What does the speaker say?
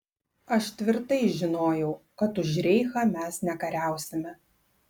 aš tvirtai žinojau kad už reichą mes nekariausime